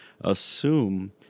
assume